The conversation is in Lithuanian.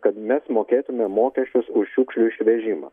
kad mes mokėtume mokesčius už šiukšlių išvežimą